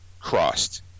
crossed